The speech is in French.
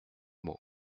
mots